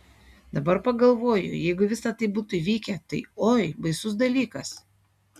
dabar pagalvoju jeigu visa tai būtų įvykę tai oi baisus dalykas